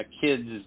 kids